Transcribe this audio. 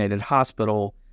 hospital